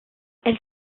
elles